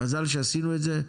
ומזל שעשינו את זה.